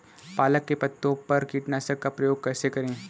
पालक के पत्तों पर कीटनाशक का प्रयोग कैसे करें?